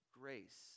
grace